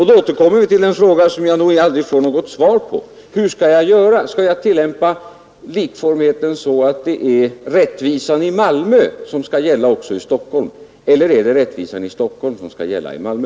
Så återkommer jag till den fråga som jag aldrig har fått något svar på: Hur skall jag göra — skall jag tillämpa likformigheten på så sätt, att det är rättvisan i Malmö som skall gälla också i Stockholm, eller är det rättvisan i Stockholm som skall gälla i Malmö?